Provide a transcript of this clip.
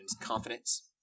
confidence